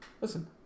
Listen